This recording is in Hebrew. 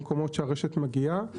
במקומות שהרשת מגיעה.